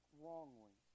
wrongly